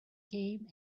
game